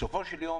בסופו של יום